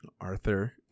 Arthur